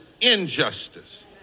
injustice